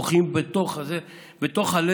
בוכים בתוך הלב,